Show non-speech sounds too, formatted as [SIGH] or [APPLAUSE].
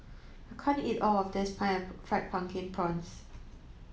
I can't eat all of this [UNINTELLIGIBLE] fried pumpkin prawns